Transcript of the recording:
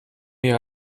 mir